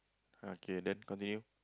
okay then continue